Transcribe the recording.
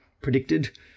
predicted